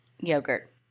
yogurt